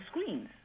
screens